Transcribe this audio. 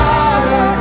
Father